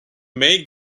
may